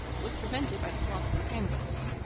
but was prevented by the philosopher pangloss,